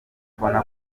kubona